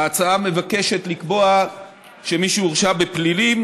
ההצעה מבקשת לקבוע שמי שהורשע בפלילים